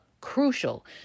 crucial